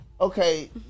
Okay